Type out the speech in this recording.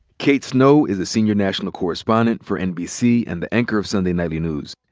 kate snow is a senior national correspondent for nbc and the anchor of sunday nightly news.